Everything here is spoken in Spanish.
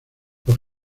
los